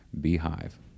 Beehive